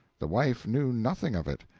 the wife knew nothing of it.